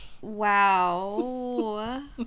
wow